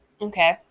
okay